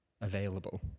available